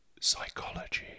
psychology